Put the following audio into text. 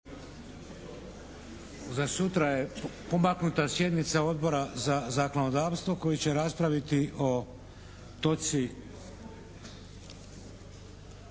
Za sutra je pomaknuta sjednica Odbora za zakonodavstvo koji će raspraviti o točci 3.